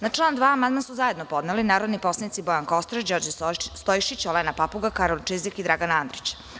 Na član 2. amandman su zajedno podneli narodni poslanici Bojan Kostreš, Đorđe Stojšić, Olena Papuga, Karolj Čizik i Dragan Andrić.